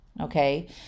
Okay